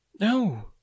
No